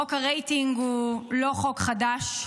חוק הרייטינג הוא לא חוק חדש.